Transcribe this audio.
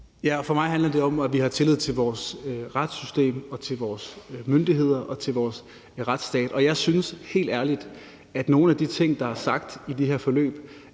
For mig handler det om, at vi har tillid til vores retssystem og til vores myndigheder og til vores retsstat. Jeg synes helt ærligt, at nogle af de ting, der er sagt i det her forløb,